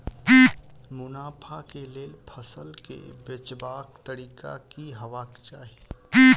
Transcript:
मुनाफा केँ लेल फसल केँ बेचबाक तरीका की हेबाक चाहि?